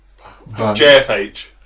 JFH